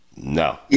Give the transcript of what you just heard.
No